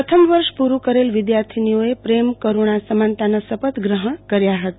પ્રથમ વર્ષ પુરૂ કરેલ વિધાર્થીઓએ પ્રેમ કરૂણાસમાનતાના શપથ ગ્રહણ કર્યા હતા